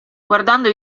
guardando